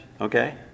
Okay